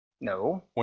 No